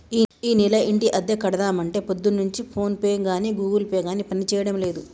ఈనెల ఇంటి అద్దె కడదామంటే పొద్దున్నుంచి ఫోన్ పే గాని గూగుల్ పే గాని పనిచేయడం లేదు